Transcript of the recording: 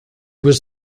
was